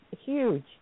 huge